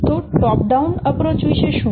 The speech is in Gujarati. તો ટોપ ડાઉન અપ્રોચ વિષે શું